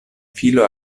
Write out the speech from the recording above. filo